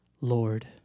Lord